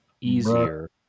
easier